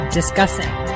discussing